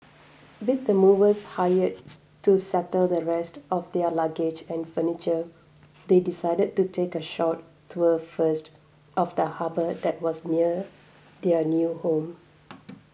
with the movers hired to settle the rest of their luggage and furniture they decided to take a short tour first of the harbour that was near their new home